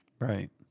Right